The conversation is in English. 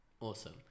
Awesome